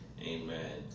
Amen